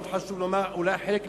מאוד חשוב לומר חלק מהסעיפים: